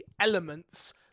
elements